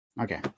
okay